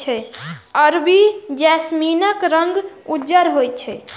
अरबी जैस्मीनक रंग उज्जर होइ छै